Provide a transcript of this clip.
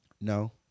No